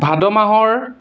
ভাদ মাহৰ